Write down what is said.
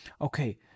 Okay